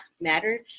matter